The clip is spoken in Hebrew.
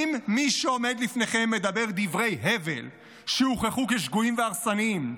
אם מי שעומד לפניכם מדבר דברי הבל שהוכחו כשגויים והרסניים,